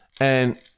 and-